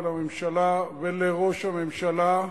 ולממשלה ולראש הממשלה: